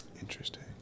Interesting